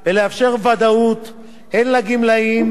הן לגמלאים והן לאוצר המדינה.